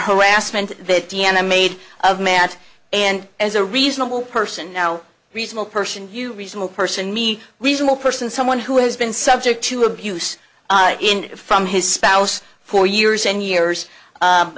harassment that d'anna made of matt and as a reasonable person no reasonable person you reasonable person me reasonable person someone who has been subject to abuse from his spouse for years and years